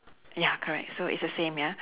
ya correct so it's the same ya